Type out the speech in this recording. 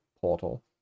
portal